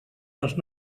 les